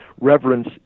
Reverence